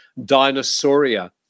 Dinosauria